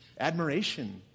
admiration